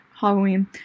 Halloween